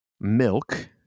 milk